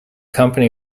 company